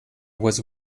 was